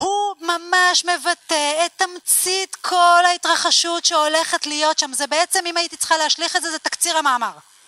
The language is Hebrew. הוא ממש מבטא את תמצית כל ההתרחשות שהולכת להיות שם. זה בעצם, אם הייתי צריכה להשליך את זה, זה תקציר המאמר.